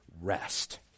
rest